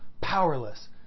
powerless